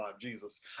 Jesus